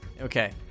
Okay